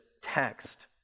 text